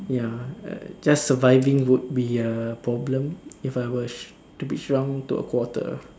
ya just surviving would be a problem if I was to be shrunk to a quarter